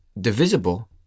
divisible